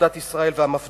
אגודת ישראל והמפד"ל,